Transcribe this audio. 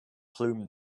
plume